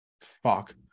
fuck